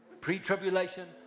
pre-tribulation